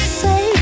say